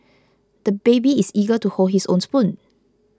the baby is eager to hold his own spoon